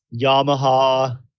Yamaha